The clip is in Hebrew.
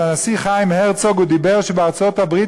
הנשיא חיים הרצוג דיבר על כך שבארצות-הברית